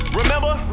remember